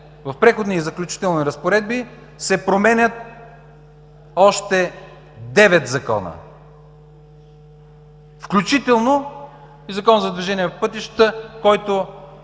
в преходните и заключителните разпоредби се променят още девет закона, включително и Закона за движение по пътищата, който,